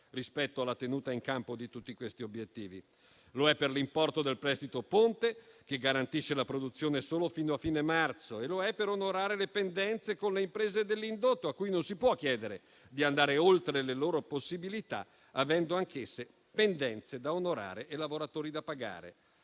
rispetto alla tenuta in campo di tutti questi obiettivi. Lo è per l'importo del prestito ponte, che garantisce la produzione solo fino a fine marzo, e lo è rispetto all'onorare le pendenze con le imprese dell'indotto, a cui non si può chiedere di andare oltre le loro possibilità, avendo anch'esse pendenze da onorare e lavoratori da pagare.